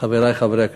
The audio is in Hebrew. חברי חברי הכנסת,